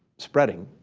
spreading.